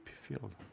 field